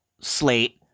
slate